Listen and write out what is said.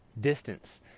distance